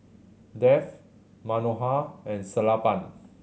Dev Manohar and Sellapan